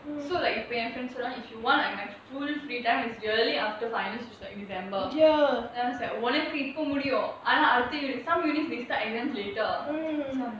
so like when friends இப்போ என்:ippo en you want like my full free time is really after finals like december then I was like உனக்கு இப்போ முடியும்:unakku ippo mudiuum some uni~'s they start exam later some